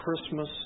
Christmas